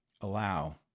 allow